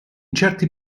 certi